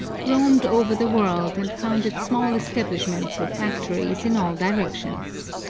roamed over the world, and founded small establishments or factories in all directions.